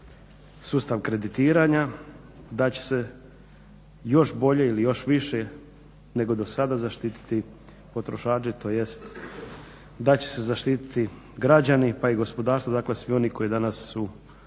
da će se još bolje ili još više nego do sada zaštititi potrošači, tj. da će se zaštiti građani pa i gospodarstvo, dakle svi oni koji danas su u